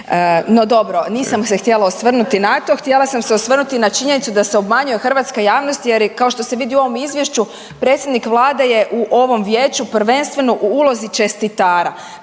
No dobro, nisam se htjela osvrnuti na to, htjela sam se osvrnuti na činjenicu da se obmanjuje hrvatska javnost jer kao što se vidi u ovom izvješću, predsjednik vlade je u ovom vijeću prvenstveno u ulozi čestitara,